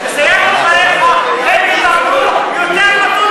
את ההצגה הזאת שלכם כבר נמאס לנו לראות ולשמוע.